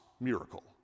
miracle